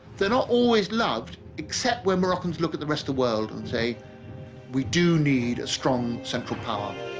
they're not always loved except when moroccans look at the rest of the world and say we do need a strong central power